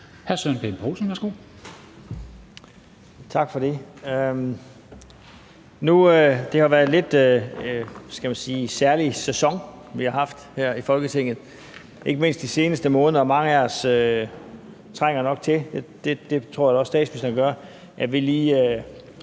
Søren Pape Poulsen (KF): Tak for det. Det har været en lidt, skal man sige særlig sæson, vi har haft her i Folketinget og ikke mindst i de seneste måneder. Mange af os trænger nok til, og det tror jeg da også statsministeren gør, at vi lige